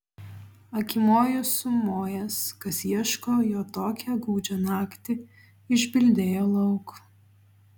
akimoju sumojęs kas ieško jo tokią gūdžią naktį išbildėjo lauk